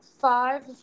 five